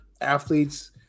athletes